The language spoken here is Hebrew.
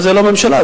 אבל זו לא הממשלה,